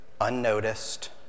unnoticed